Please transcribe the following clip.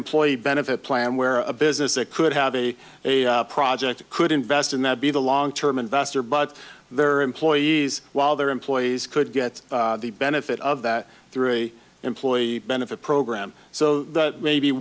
employee benefit plan where a business that could have a a project could invest in that be the long term investor but their employees while their employees could get the benefit of that three employee benefit program so that may be